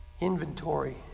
inventory